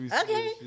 Okay